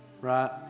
right